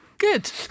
Good